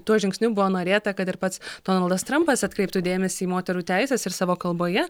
tuo žingsniu buvo norėta kad ir pats donaldas trampas atkreiptų dėmesį į moterų teises ir savo kalboje